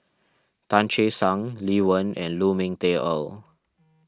Tan Che Sang Lee Wen and Lu Ming Teh Earl